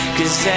Cause